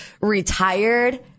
retired